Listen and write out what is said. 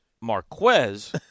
Marquez